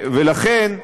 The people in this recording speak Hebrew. ולכן,